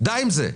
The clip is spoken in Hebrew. די עם זה.